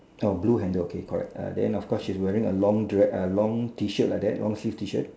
oh blue handle okay correct uh then of course she's wearing a long dre~ uh long T shirt like that long sleeve T shirt